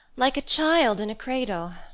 like a child in a cradle.